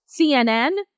CNN